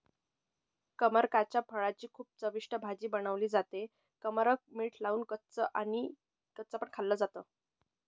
कमरकाच्या फळाची खूप चविष्ट भाजी बनवली जाते, कमरक मीठ लावून कच्च पण खाल्ल जात